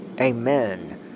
Amen